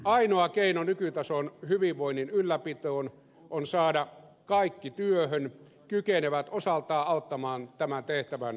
ainoa keino nykytason hyvinvoinnin ylläpitoon on saada kaikki työhön kykenevät osaltaan auttamaan tämän tehtävän suorittamisessa